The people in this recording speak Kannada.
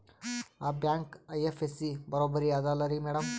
ಆ ಬ್ಯಾಂಕ ಐ.ಎಫ್.ಎಸ್.ಸಿ ಬರೊಬರಿ ಅದಲಾರಿ ಮ್ಯಾಡಂ?